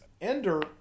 ender